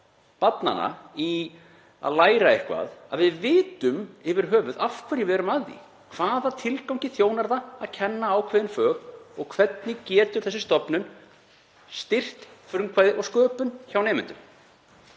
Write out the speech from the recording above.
barnanna í að læra eitthvað að við vitum yfir höfuð af hverju við erum að því.. Hvaða tilgangi þjónar það að kenna ákveðin fög og hvernig getur þessi stofnun styrkt frumkvæði og sköpun hjá nemendum?